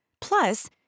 Plus